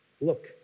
Look